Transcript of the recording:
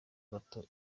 gato